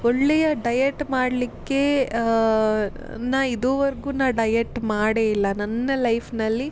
ಒಳ್ಳೆಯ ಡಯೆಟ್ ಮಾಡಲಿಕ್ಕೆ ನಾ ಇದುವರೆಗೂ ನಾ ಡಯೆಟ್ ಮಾಡೇ ಇಲ್ಲ ನನ್ನ ಲೈಫ್ನಲ್ಲಿ